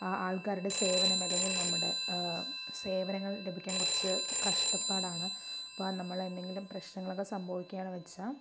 ആൾക്കാരുടെ സേവനം അല്ലെങ്കിൽ നമ്മുടെ സേവനങ്ങൾ ലഭിക്കാൻ കുറച്ച് കഷ്ടപ്പാടാണ് അപ്പോൾ നമ്മളെന്തെങ്കിലും പ്രശ്നങ്ങളൊക്കെ സംഭവിക്കു ആണെന്നു വെച്ചാൽ